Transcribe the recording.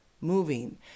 moving